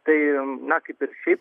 tai na kaip ir šiaip